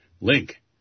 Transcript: link